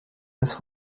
das